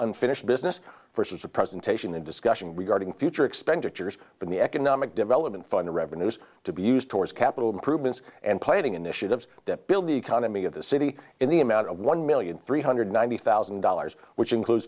unfinished business versus a presentation of discussion regarding future expenditures from the economic development fund the revenues to be used towards capital improvements and planning initiatives that build the economy of the city in the amount of one million three hundred ninety thousand dollars which includes